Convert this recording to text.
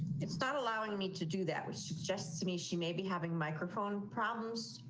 it's not allowing me to do that, which suggests to me. she may be having microphone problems,